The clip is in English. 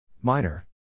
Minor